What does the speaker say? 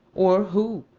or who,